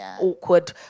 awkward